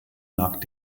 lag